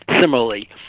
similarly